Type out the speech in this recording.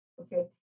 Okay